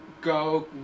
go